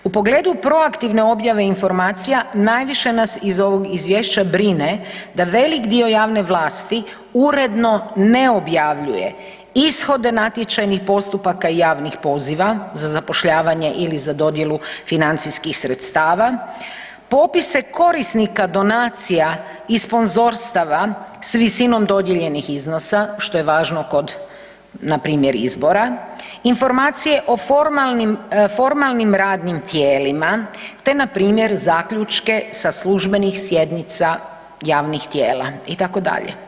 U pogledu proaktivne objave informacija najviše nas iz ovog izvješća brine da velik dio javne vlasti uredno ne objavljuje ishode natječajnih postupaka javnih poziva za zapošljavanje ili za dodjelu financijskih sredstava, popise korisnika donacija i sponzorstava s visinom dodijeljenih iznosa, što je važno kor npr. izbora, informacije o formalnim radnim tijelima te npr. zaključke sa službenih sjednica javnih tijela itd.